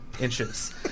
Inches